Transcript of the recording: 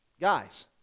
guys